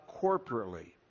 corporately